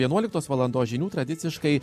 vienuoliktos valandos žinių tradiciškai